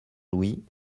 louis